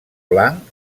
blanc